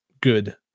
good